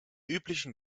üblichen